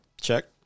check